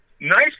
Nice